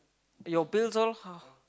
your bills all how